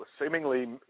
seemingly